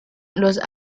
los